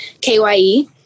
K-Y-E